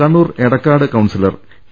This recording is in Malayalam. Kannur Edakkad councillor T